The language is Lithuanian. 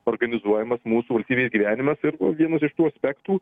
organizuojamas mūsų valstybės gyvenimas ir vienas iš tų aspektų